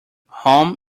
home